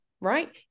right